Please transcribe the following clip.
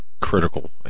critical